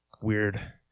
weird